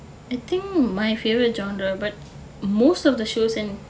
I think my favourite genre but most of the shows and